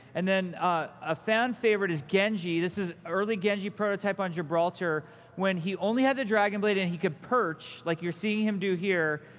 and then a fan favorite is genji. this is an early genji prototype on gibraltar when he only had the dragon blade, and he could perch, like you're seeing him do here,